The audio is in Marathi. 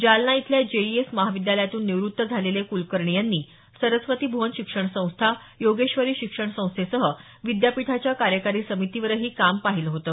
जालना इथल्या जेइएस महाविद्यालयातून निवृत्त झालेले कुलकर्णी यांनी सरस्वती भुवन शिक्षण संस्था योगेश्वरी शिक्षण संस्थेसह विद्यापीठाच्या कार्यकारी समितीवरही त्यांनी काम पाहिलं होतं